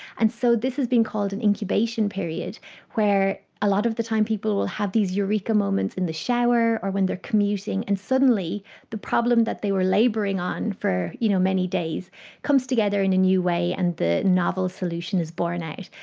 and so this has been called an incubation period where a lot of the time people will have these eureka moments in the shower or when they are commuting, and suddenly the problem that they were labouring on for you know many days comes together in a new way and the novel solution is borne out.